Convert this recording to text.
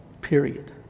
period